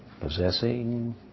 possessing